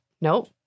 Nope